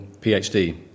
PhD